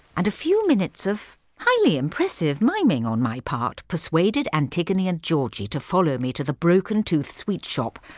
and a few minutes of highly impressive miming on my part persuaded antigone and georgie to follow me to the broken tooth sweet shop,